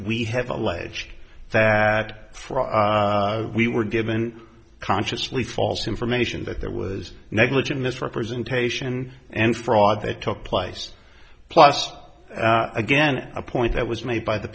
we have alleged that fraud we were given consciously false information that there was negligent misrepresentation and fraud that took place plus again a point that was made by the